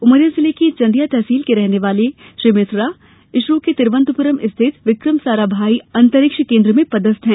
उमरिया जिले के चंदिया तहसील के रहने वाले श्री मिश्रा इसरो के तिरुवनंतपुरम स्थित विक्रम साराभाई आंतरिक्ष केन्द्र में पदस्थ हैं